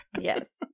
yes